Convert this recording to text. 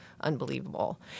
unbelievable